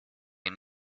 and